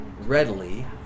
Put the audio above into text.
readily